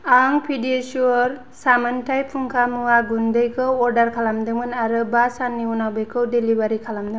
आं पेडियाश्युर सामानथाय फुंखा मुवा गुन्दैखौ अर्डार खालामदोंमोन आरो बा साननि उनाव बेखौ डेलिबारि खालामदों